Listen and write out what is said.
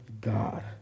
God